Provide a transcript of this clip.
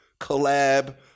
collab